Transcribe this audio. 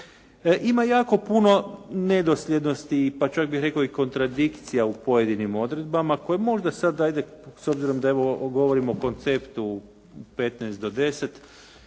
Ima jako puno nedosljednosti pa čak bih rekao i kontradikcija u pojedinim odredbama koje možda sad hajde s obzirom da evo govorimo o konceptu u 15 do 10.